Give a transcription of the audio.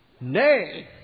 Nay